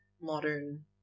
modern